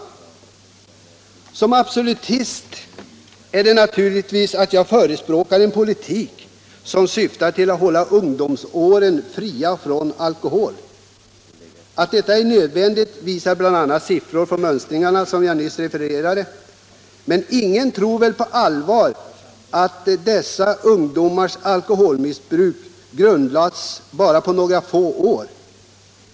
Det är naturligt att jag som absolutist förespråkar en politik som syftar till att hålla ungdomsåren fria från alkohol. Att detta är nödvändigt visar bl.a. de siffror från mönstringarna som jag nyss refererade. Men ingen tror väl på allvar att dessa ungdomars alkoholmissbruk grundlagts bara på några få år.